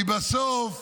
כי בסוף,